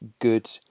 good